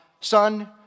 Son